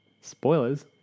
Spoilers